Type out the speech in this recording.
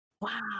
wow